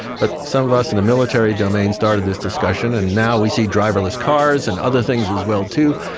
but some of us in the military domain started this discussion, and now we see driverless cars and other things as well too,